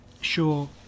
Sure